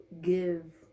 give